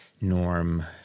Norm